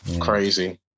Crazy